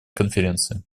конференции